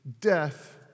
death